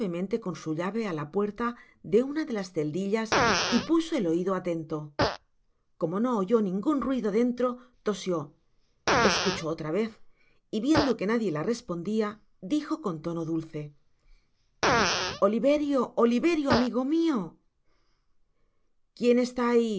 con su llave á la puerta de una de las celdillas y puso el oido alento como no oyó ningun ruido dentro tosió escuchó otra vez y viendo que nadie la respondia dijo con tono dulce oliverio oliverio amigo mio quien está ahi